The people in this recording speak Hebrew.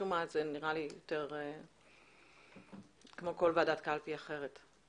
משום מה זה נראה לי יותר כמו כל ועדת קלפי אחרת.